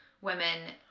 women